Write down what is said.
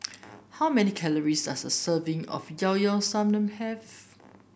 how many calories does a serving of Llao Llao Sanum have